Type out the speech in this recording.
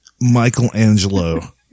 Michelangelo